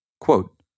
Quote